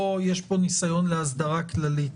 או שיש פה ניסיון להסדרה כללית.